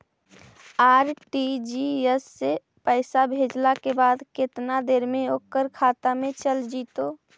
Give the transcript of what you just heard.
RTGS से पैसा भेजला के बाद केतना देर मे ओकर खाता मे चल जितै?